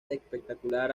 espectacular